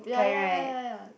yeah yeah yeah yeah yeah